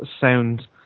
sound